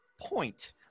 point